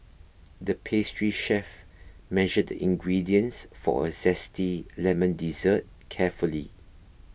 the pastry chef measured the ingredients for a Zesty Lemon Dessert carefully